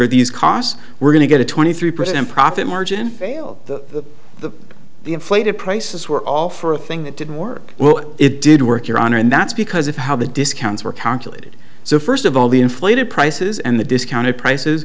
are these costs we're going to get a twenty three percent profit margin the the inflated prices were all for a thing that didn't work well it did work your honor and that's because of how the discounts were calculated so first of all the inflated prices and the discounted prices